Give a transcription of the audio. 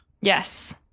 Yes